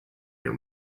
your